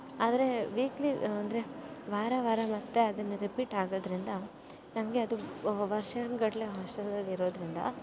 ಆದರೆ ವೀಕ್ಲಿ ಅಂದರೆ ವಾರ ವಾರ ಮತ್ತೆ ಅದನ್ನು ರಿಪೀಟ್ ಆಗೋದ್ರಿಂದ ನಮಗೆ ಅದು ವರ್ಷಾನುಗಟ್ಲೆ ಹಾಸ್ಟೆಲಲ್ಲಿ ಇರೋದರಿಂದ